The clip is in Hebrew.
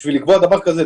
בשביל לקבוע דבר כזה,